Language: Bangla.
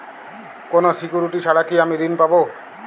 কোনো সিকুরিটি ছাড়া কি আমি ঋণ পাবো?